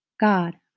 God